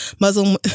Muslim